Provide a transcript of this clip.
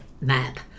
map